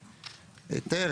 "היתר",